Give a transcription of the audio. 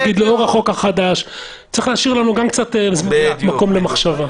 יגיד: לאור החוק החדש - צריך להשאיר לנו מקום למחשבה.